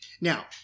Now